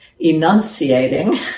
Enunciating